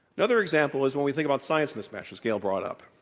another example is when we think about science mismatch, as gail brought up.